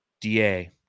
DA